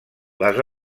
les